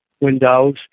windows